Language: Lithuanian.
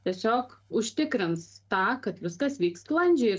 tiesiog užtikrins tą kad viskas vyks sklandžiai